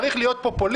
צריך להיות פופוליסט.